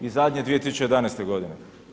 I zadnje 2011. godine.